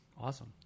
awesome